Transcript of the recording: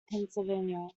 pennsylvania